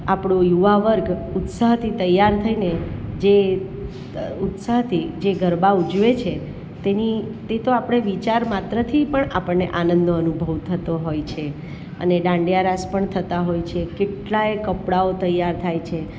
આપણો યુવા વર્ગ ઉત્સાહથી તૈયાર થઈને જે ઉત્સાહથી જે ગરબા ઉજવે છે તેની તે તો વિચારમાત્રથી પણ આપણને આનંદનો અનુભવ થતો હોય છે અને દાંડિયારાસ પણ થતા હોય છે કેટલાંય કપડાઓ તૈયાર થાય છે